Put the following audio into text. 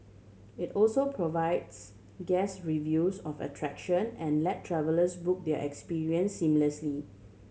it also provides guest reviews of attraction and let travellers book their experience seamlessly